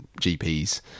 GPs